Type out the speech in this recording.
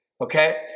Okay